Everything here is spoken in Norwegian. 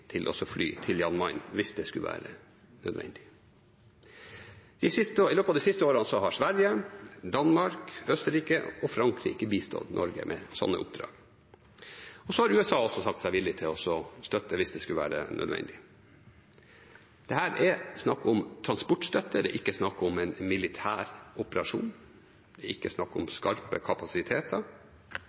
I løpet av de siste årene har Sverige, Danmark, Østerrike og Frankrike bistått Norge med sånne oppdrag, og så har USA også sagt seg villig til å støtte hvis det skulle være nødvendig. Dette er snakk om transportstøtte. Det er ikke snakk om en militær operasjon. Det er ikke snakk om skarpe kapasiteter.